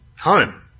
home